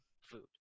food